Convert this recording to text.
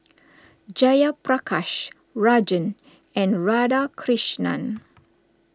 Jayaprakash Rajan and Radhakrishnan